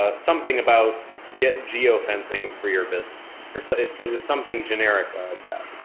ah something about get geo-fencing for your business or so it's, it was something generic like that.